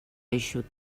eixut